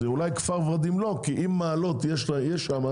אז אולי כפר ורדים לא כי אם מעלות יש שם,